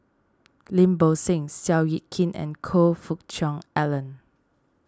Lim Bo Seng Seow Yit Kin and Choe Fook Cheong Alan